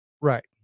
right